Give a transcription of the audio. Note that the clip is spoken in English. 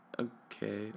Okay